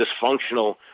dysfunctional